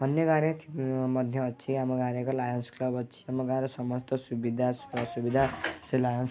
ଅନ୍ୟ ଗାଁରେ ମଧ୍ୟ ଅଛି ଆମ ଗାଁରେ ଏକ ଲାୟନ୍ସ୍ କ୍ଲବ୍ ଅଛି ଆମ ଗାଁରେ ସୁବିଧା ଅସୁବିଧା ସେ ଲାୟନ୍ସ୍